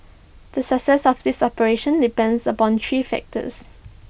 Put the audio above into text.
the success of this operation depends upon three factors